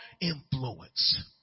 influence